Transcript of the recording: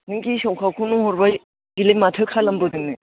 नों गेसावथारखौनो हरबाय बेलाय माथो खालामबावनो